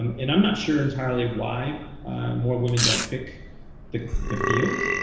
um and i'm not sure entirely why more women don't pick the the field.